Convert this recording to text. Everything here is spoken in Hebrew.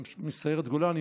מסיירת גולני,